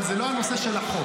אבל זה לא הנושא של החוק.